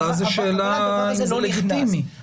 ואז זו שאלה אם זה לגיטימי.